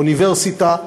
אוניברסיטה,